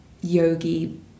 yogi